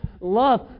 love